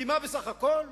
כי מה בסך הכול,